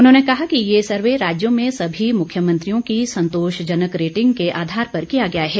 उन्होंने कहा कि ये सर्वे राज्यों मे सभी मुख्यमंत्रियों की संतोषजनक रेटिंग के आधार पर किया गया है